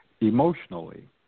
emotionally